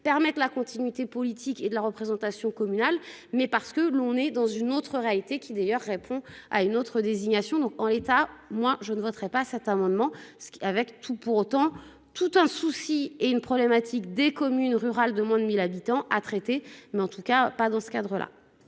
permettent la continuité politique et de la représentation communal mais parce que l'on est dans une autre réalité qui d'ailleurs répond à une autre désignation donc en l'état, moi je ne voterai pas à certains moments, ce qui avec tout pour autant tout un souci est une problématique des communes rurales de moins de 1000 habitants à traiter, mais en tout cas pas dans ce cadre-là.